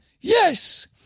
yes